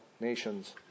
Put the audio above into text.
nations